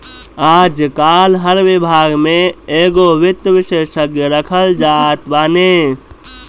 आजकाल हर विभाग में एगो वित्त विशेषज्ञ रखल जात बाने